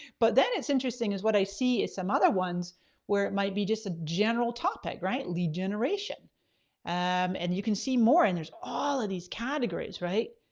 but then it's interesting is what i see is some other ones where it might be just a general topic, topic, right? lead generation um and you can see more and there's all of these categories, right?